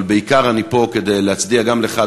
אבל בעיקר אני פה כדי להצדיע גם לך,